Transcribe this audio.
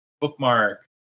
bookmark